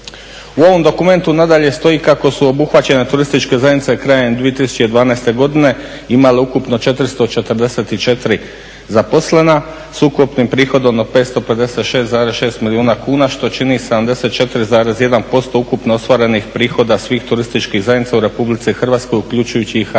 U ovom dokumentu nadalje stoji kako su obuhvaćene turističke zajednice krajem 2012. godine imale ukupno 444 zaposlena sa ukupnim prihodom od 556,6 milijuna kuna što čini 74,1% ukupno ostvarenih prihoda svih turističkih zajednica u Republici Hrvatskoj uključujući i HTZ.